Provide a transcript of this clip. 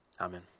Amen